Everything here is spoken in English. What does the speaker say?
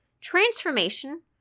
transformation